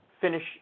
finish